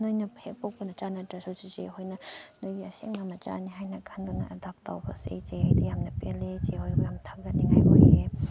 ꯅꯣꯏꯅ ꯍꯦꯛ ꯄꯣꯛꯄ ꯅꯆꯥ ꯅꯠꯇ꯭ꯔꯁꯨ ꯆꯦꯆꯦ ꯍꯣꯏꯅ ꯅꯣꯏꯒꯤ ꯑꯁꯦꯡꯕ ꯅꯆꯥꯅꯤ ꯍꯥꯏꯅ ꯈꯟꯗꯨꯅ ꯑꯦꯗꯣꯞ ꯇꯧꯕꯁꯦ ꯏꯆꯦ ꯑꯩꯗꯤ ꯌꯥꯝꯅ ꯄꯦꯜꯂꯦ ꯆꯦ ꯍꯣꯏꯕꯨ ꯌꯥꯝꯅ ꯊꯥꯒꯠꯅꯤꯡꯉꯥꯏ ꯑꯣꯏꯌꯦ